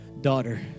daughter